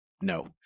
No